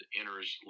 enters